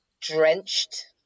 drenched